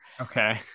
Okay